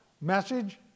Message